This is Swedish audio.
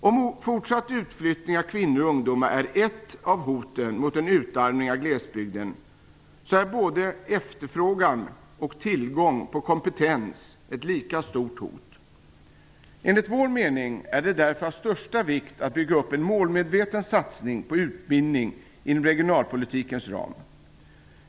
Om fortsatt utflyttning av kvinnor och ungdomar är ett av hoten om en utarmning av glesbygden, så är situationen beträffande både efterfrågan och tillgång på kompetens ett lika stort hot. Enligt vår mening är det därför av största vikt att bygga upp en målmedveten satsning på utbildning inom regionalpolitikens ram.